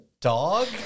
dog